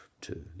two